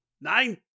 Nine